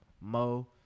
Mo